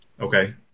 Okay